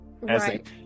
Right